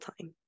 time